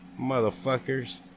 motherfuckers